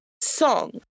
song